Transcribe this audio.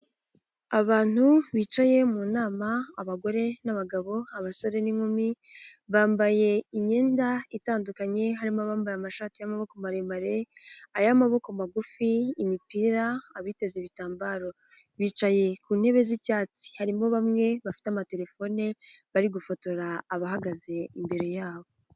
Abantu bicaye mu nama, abagore n'abagabo, abasore n'inkumi. Bambaye imyenda itandukanye harimo abambaye amashati y'amaboko maremare, ay'amaboko magufi, imipira, abiteze ibitambaro, n'abicaye ku ntebe z'icyatsi. Harimo bamwe bafite amaterefone bari gufotora abahagaze imbere yabo.